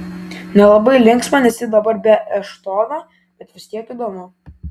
nelabai linksma nes ji dabar be eštono bet vis tiek įdomu